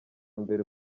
mbere